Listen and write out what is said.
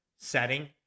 setting